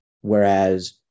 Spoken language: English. Whereas